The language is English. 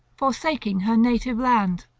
forsaking her native land.